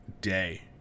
day